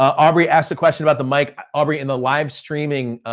aubriegh asked a question about the mic. aubriegh, in the live streaming,